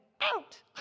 Out